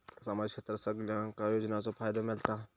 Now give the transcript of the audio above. सामाजिक क्षेत्रात सगल्यांका योजनाचो फायदो मेलता?